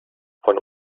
von